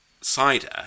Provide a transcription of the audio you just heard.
cider